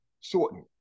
shorten